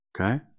Okay